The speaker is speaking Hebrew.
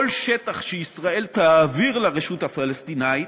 כל שטח שישראל תעביר לרשות הפלסטינית,